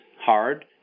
hard